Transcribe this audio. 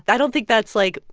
i don't think that's, like,